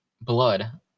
blood